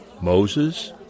Moses